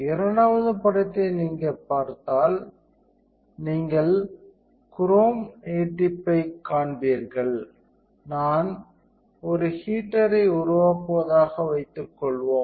இரண்டாவது படத்தை நீங்கள் பார்த்தால் நீங்கள் குரோம் நீட்டிப்பைக் காண்பீர்கள் நான் ஒரு ஹீட்டரை உருவாக்குவதாக வைத்துக்கொள்வோம்